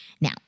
Now